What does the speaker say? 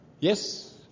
Yes